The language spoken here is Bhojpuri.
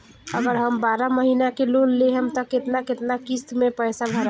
अगर हम बारह महिना के लोन लेहेम त केतना केतना किस्त मे पैसा भराई?